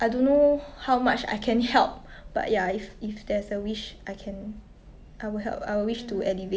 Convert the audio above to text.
like maybe cause we talked about this so I talk about this then I would say 应该是跟你很像 like